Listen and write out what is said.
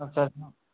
আচ্ছা